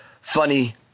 funny